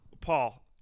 Paul